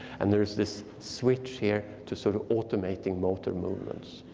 and there's this switch here to sort of automating motor movements.